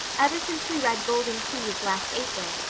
ever since we read golden keys last april,